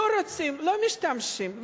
לא רוצים, לא משתמשים.